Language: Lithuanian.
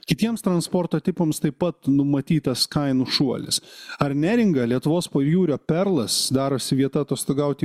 kitiems transporto tipams taip pat numatytas kainų šuolis ar neringa lietuvos pajūrio perlas darosi vieta atostogauti